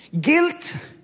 Guilt